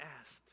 asked